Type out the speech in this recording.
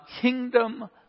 kingdom